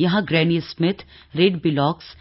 यहां granny smith red बिलोक्स